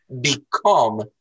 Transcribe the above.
become